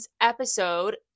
episode